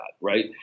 right